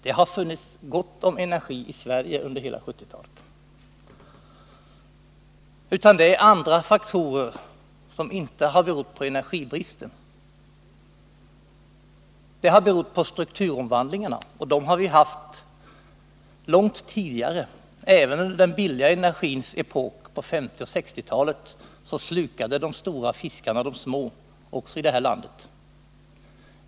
Det har funnits gott om energi i Sverige under hela 1970-talet. Det finns andra faktorer, som inte har berott på energibristen. En orsak har varit strukturomvandlingarna, och sådana har vi haft långt tidigare. Även under den billiga energins epok på 1950 och 1960-talen slukade de stora fiskarna de små — också i detta land.